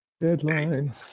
Deadline